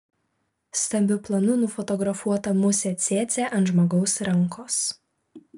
stambiu planu nufotografuota musė cėcė ant žmogaus rankos